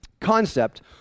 concept